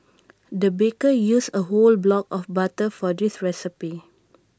the baker used A whole block of butter for this recipe